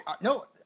no